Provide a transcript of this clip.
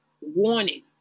warning